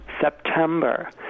September